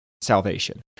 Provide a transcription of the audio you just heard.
salvation